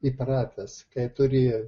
įpratęs kai turi